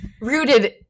rooted